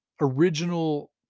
original